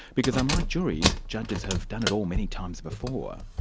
because unlike juries, judges have done it all many times before.